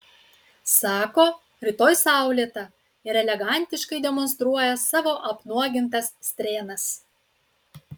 sako rytoj saulėta ir elegantiškai demonstruoja savo apnuogintas strėnas